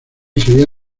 sería